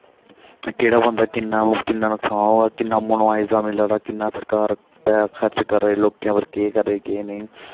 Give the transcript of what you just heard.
केह्ड़ा बंदा किन्ना ओह् किन्ना नकसान होआ दा किन्ना मुआवजा मिला दा किन्ना सरकार पैहा खर्च करा दी लोकें उप्पर केह् करा दी केह् नेईं